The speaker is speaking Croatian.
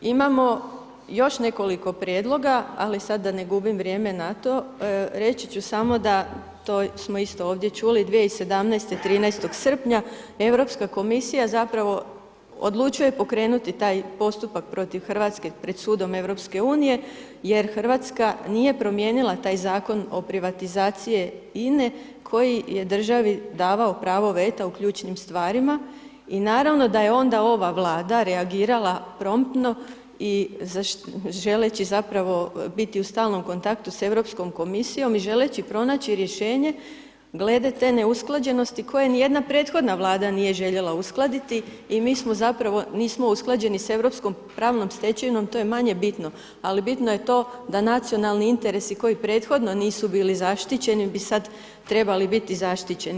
Imamo još nekoliko prijedloga, ali sad da ne gubim vrijeme na to, reći ću samo da to smo isto ovdje čuli 2017. 13. srpnja Europska komisija zapravo odlučuje pokrenuti taj postupak protiv Hrvatske pred Sudom EU jer Hrvatska nije promijenila taj zakon o privatizaciji INE koji je državi davao pravo veta u ključnim stvarima i naravno da je onda ova Vlada reagirala promptno i želeći zapravo biti u stalnom kontaktu s Europskom komisijom i želeći pronaći rješenje glede te neusklađenosti koje ni jedna prethodna vlada nije željela uskladiti i mi smo zapravo, nismo usklađeni s europskom pravnom stečevinom to je manje bitno, ali bitno je to da nacionalni interesi koji prethodno nisu bili zaštićeni bit sad trebali biti zaštićeni.